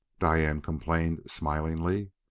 diane complained smilingly.